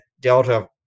Delta